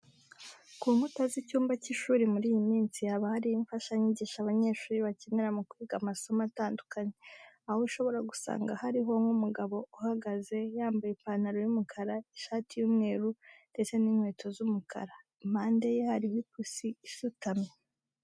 Ku nkuta z'icyumba cy'ishuri muri iyi minsi haba hariho imfashanyigisho abanyeshuri bakenera mu kwiga amasomo atandukanye, aho ushobora gusanga hariho nk'umugabo uhagaze yambaye ipantaro y'umukara, ishati y'umweru ndetse n'inkweto z'umukara, impande ye hariho ipusi isutamye.